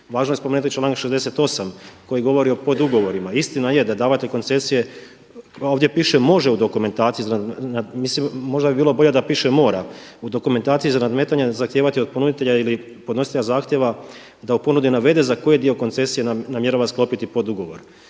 važno je spomenuti članak 68. koji govori o podugovorima. Istina je da davatelj koncesije ovdje piše može u dokumentaciji, mislim možda bi bilo bolje da piše mora u dokumentaciji za nadmetanje zahtijevati od ponuditelja ili podnositelja zahtjeva da u ponudi navede za koji dio koncesije namjera sklopiti podugovor.